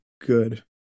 good